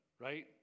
right